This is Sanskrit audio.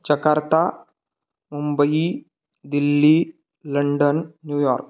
Jakarta Mumbai Delhi London New York